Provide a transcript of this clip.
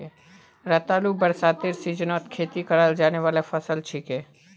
रतालू बरसातेर सीजनत खेती कराल जाने वाला फसल छिके